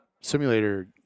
simulator